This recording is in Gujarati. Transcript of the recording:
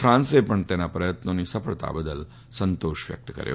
ફાન્સે પણ તેના પ્રથત્નોની સફળતા બદલ સંતોષ વ્યક્ત કર્યો